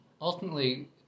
ultimately